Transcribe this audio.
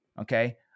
Okay